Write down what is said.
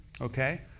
Okay